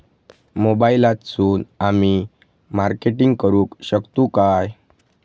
मोबाईलातसून आमी मार्केटिंग करूक शकतू काय?